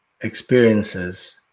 experiences